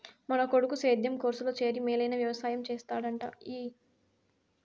మన కొడుకు సేద్యం కోర్సులో చేరి మేలైన వెవసాయం చేస్తాడంట ఊ అనబ్బా